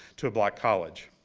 to a black college.